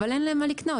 אבל אין להן מה לקנות.